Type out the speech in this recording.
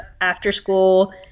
after-school